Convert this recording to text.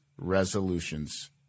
resolutions